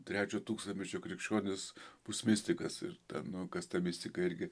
trečio tūkstantmečio krikščionis bus mistikas ir ta nu kas ta mistika irgi